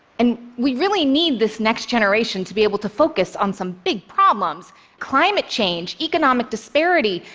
and we really need this next generation to be able to focus on some big problems climate change, economic disparity,